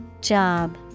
Job